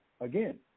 again